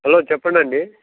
hello చెప్పండండి